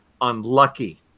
unlucky